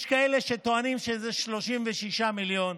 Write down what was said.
יש כאלה שטוענים שזה 36 מיליון.